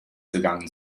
gegangen